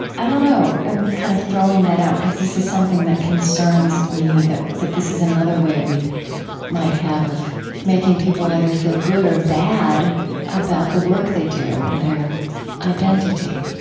i don't know. i'm kind of throwing that out because this is something that concerns me that that this is another way we might have of making people either feel good or bad about the work they do and their identity